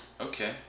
Okay